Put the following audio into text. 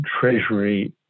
treasury